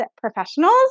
professionals